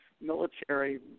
military